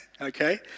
Okay